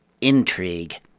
intrigue